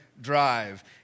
drive